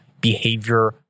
behavior